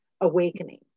awakening